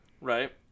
Right